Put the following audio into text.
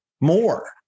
more